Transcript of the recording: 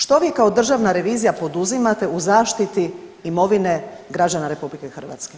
Što vi kao Državna revizija poduzimate u zaštiti imovine građana RH?